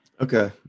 Okay